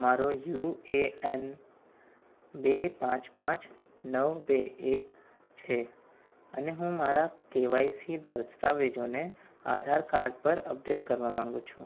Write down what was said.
મારો U A N બે પાંચ પાંચ નવ બે એક છે અને હું મારા કેવાયસી દસ્તાવેજોને આધાર કાર્ડ પર અપડેટ કરવા માગું છું